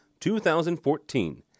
2014